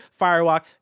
Firewalk